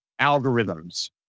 algorithms